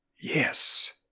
Yes